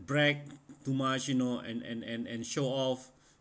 brag too much you know and and and and show off